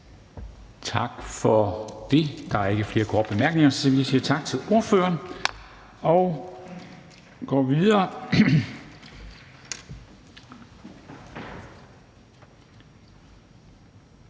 Tak for det. Der er ikke flere korte bemærkninger, så vi siger tak til ordføreren. Og vi går videre